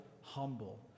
humble